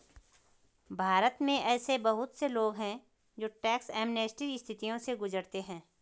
भारत में ऐसे बहुत से लोग हैं जो टैक्स एमनेस्टी स्थितियों से गुजरते हैं